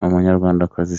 umunyarwandakazi